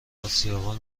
اسیابان